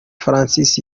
francis